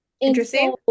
Interesting